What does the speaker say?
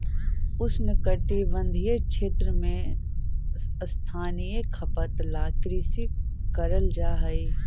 उष्णकटिबंधीय क्षेत्र में स्थानीय खपत ला कृषि करल जा हई